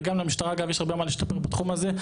וגם למשטרה אגב יש הרבה מה להשתפר בתחום הזה,